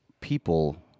people